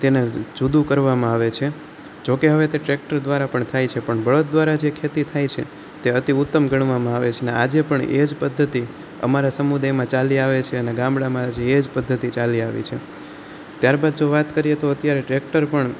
તેને જૂદું કરવામાં આવે છે જોકે હવે એ તે ટ્રેક્ટર દ્વારા પણ થાય છે પણ બળદ દ્વારા જે ખેતી થાય છે તે અતિ ઉત્તમ ગણવામાં આવે છે ને આજે પણ એજ પદ્ધતિ અમારા સમુદાયમાં ચાલી આવે છે અને ગામડામાં હજી એ જ પદ્ધતિ ચાલી આવી છે ત્યાર બાદ જો વાત કરીએ તો અત્યારે ટ્રેક્ટર પણ